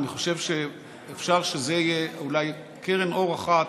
ואני חושב שאפשר שזאת תהיה אולי קרן אור אחת